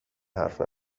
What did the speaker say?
حرف